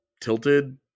tilted